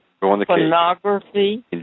pornography